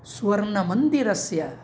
सुवर्णमन्दिरस्य